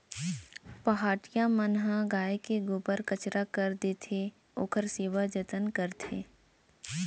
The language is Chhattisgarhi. पहाटिया मन ह गाय के गोबर कचरा कर देथे, ओखर सेवा जतन करथे